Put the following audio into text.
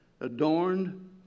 adorned